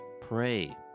pray